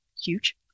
huge